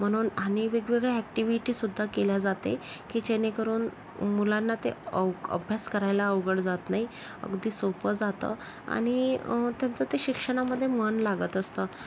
म्हणून आणि वेगवेगळ्या ॲक्टिविटीसुद्धा केल्या जाते की जेणेकरून मुलांना ते अवघड अभ्यास करायला अवघड जात नाही अगदी सोपं जातं आणि ते त्यांचं ते शिक्षणामध्ये मन लागत असतं